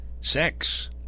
Sex